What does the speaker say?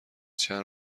چند